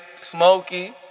Smokey